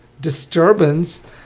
disturbance